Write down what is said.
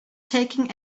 taking